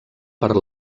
per